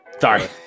Sorry